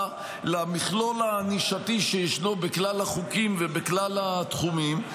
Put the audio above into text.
למכלול הענישתי שישנו בכלל החוקים ובכלל התחומים,